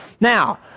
Now